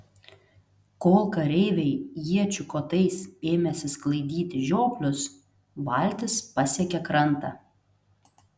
kol kareiviai iečių kotais ėmėsi sklaidyti žioplius valtis pasiekė krantą